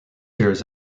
years